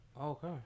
Okay